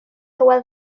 hywel